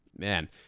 Man